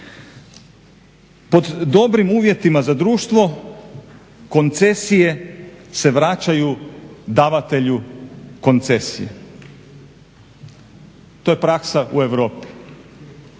Pod dobrim uvjetima za društvo koncesije se vraćaju davatelju koncesije. To je praksa u Europi.